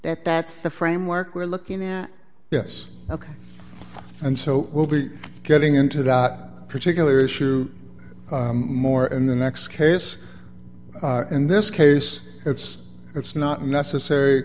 that that's the framework we're looking at yes ok and so we'll be getting into that particular issue more in the next case and this case it's it's not necessary